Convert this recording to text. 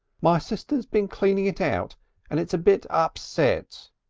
my sister's been cleaning it out and it's a bit upset.